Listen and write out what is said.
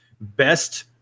best